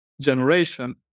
generation